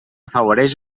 afavoreix